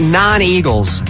non-Eagles